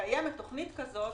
כשקיימת תוכנית כזאת